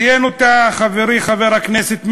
ציין אותה חברי חבר הכנסת מצנע,